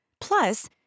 Plus